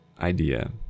idea